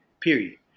period